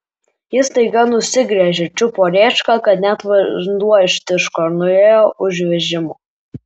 ji staiga nusigręžė čiupo rėčką kad net vanduo ištiško ir nuėjo už vežimo